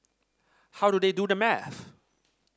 how do they do the math